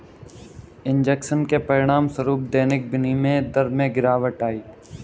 injection के परिणामस्वरूप दैनिक विनिमय दर में गिरावट आई